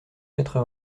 quatre